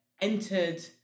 entered